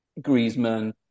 Griezmann